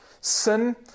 sin